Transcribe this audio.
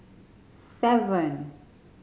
seven